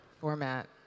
format